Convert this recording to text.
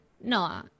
No